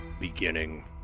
beginning